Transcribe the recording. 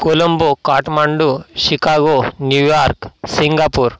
Colombo Kathmandu Chicago New York Singapore